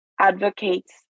advocates